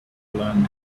learned